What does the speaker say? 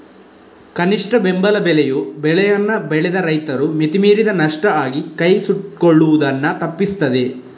ಕನಿಷ್ಠ ಬೆಂಬಲ ಬೆಲೆಯು ಬೆಳೆಯನ್ನ ಬೆಳೆದ ರೈತರು ಮಿತಿ ಮೀರಿದ ನಷ್ಟ ಆಗಿ ಕೈ ಸುಟ್ಕೊಳ್ಳುದನ್ನ ತಪ್ಪಿಸ್ತದೆ